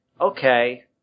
okay